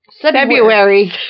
February